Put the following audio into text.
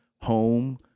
home